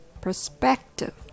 Perspective